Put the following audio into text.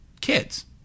kids